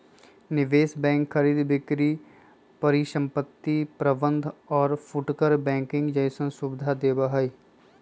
निवेश बैंक खरीद बिक्री परिसंपत्ति प्रबंध और फुटकर बैंकिंग जैसन सुविधा देवा हई